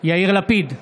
יאיר לפיד,